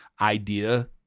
idea